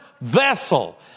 vessel